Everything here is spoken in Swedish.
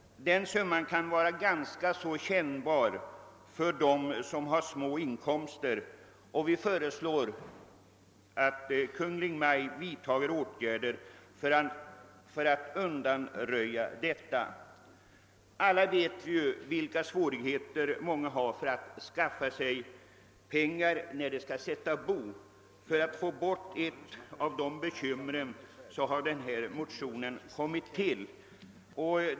Denna summa kan vara ganska så kännbar för personer med små inkomster. Vi föreslår att Kungl. Maj:t vidtager åtgärder för att undanröja detta förhållande. Alla vet vi vilka svårigheter många har att skaffa pengar till bosättningen. Vår motion har väckts i syfte att undanröja ett av dessa bekymmer.